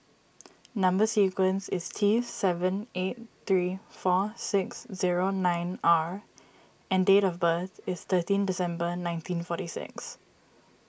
Number Sequence is T seven eight three four six zero nine R and date of birth is thirteen December nineteen forty six